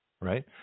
right